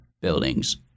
buildings